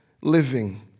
living